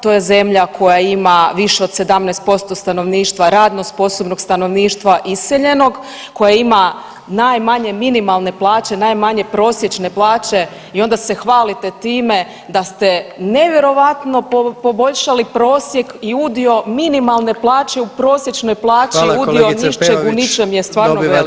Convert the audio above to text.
To je zemlja koja ima više od 17% stanovništva, radno sposobnog stanovništva iseljenog, koja ima najmanje minimalne plaće, najmanje prosječne plaće i onda se hvalite time da ste nevjerojatno poboljšali prosjek i udio minimalne plaće u prosječnoj plaći [[Upadica: Hvala kolegice Peović…]] udio ničeg u ničem je stvarno velik.